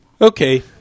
Okay